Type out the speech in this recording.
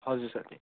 हजुर साथी